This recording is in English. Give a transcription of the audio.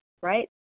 right